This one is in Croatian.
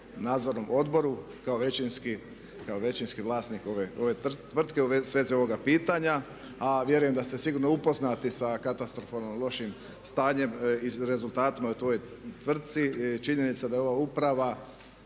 nadzornom odboru kao većinski vlasnik ove tvrtke u svezi ovoga pitanja. A vjerujem da ste sigurno upoznati sa katastrofalno lošim stanjem i rezultatima u toj tvrtci. Činjenica da je ova uprava